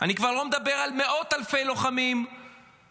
אני כבר לא מדבר על מאות אלפי לוחמים שעשו,